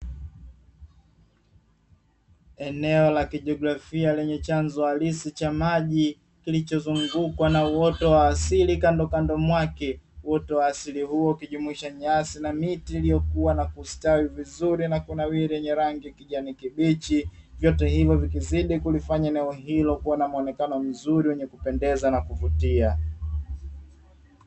Eneo la kijiografia lenye chanzo halisi cha maji kilichozungukwa na uoto wa asili kandokando mwake, uoto wa asili huo ukijumuisha nyasi na miti iliyokua na kustawi vizuri na kunawiri yenye rangi ya kijani kibichi vyote hivyo vikizidi kulifanya eneo hilo kuwa na muonekano mzuri wenye kupendeza na kuvutia.